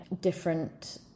different